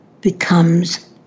becomes